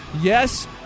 yes